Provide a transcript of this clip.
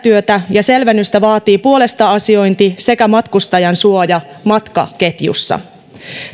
ja selvennystä vaatii puolesta asiointi sekä matkustajan suoja matkaketjussa